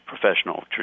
professional